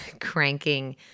cranking